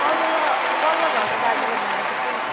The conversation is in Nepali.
पल्ल पल्लो घरको दाजुले भनेको थियो